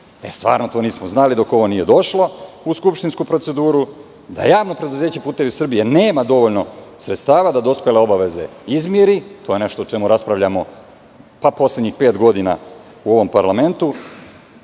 Stvarno to nismo znali dok ovo nije došlo u skupštinsku proceduru, da javno preduzeća "Putevi Srbije" nema dovoljno sredstava da dospele obaveze izmiri, to je nešto o čemu raspravljamo poslednjih pet godina u ovom parlamentu,